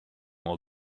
all